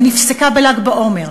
ונפסקה בל"ג בעומר,